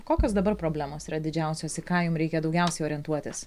kokios dabar problemos yra didžiausios į ką jum reikia daugiausiai orientuotis